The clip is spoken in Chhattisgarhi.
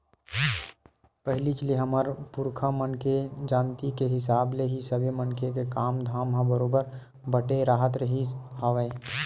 पहिलीच ले हमर पुरखा मन के जानती के हिसाब ले ही सबे मनखे के काम धाम ह बरोबर बटे राहत रिहिस हवय